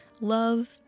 Love